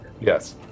Yes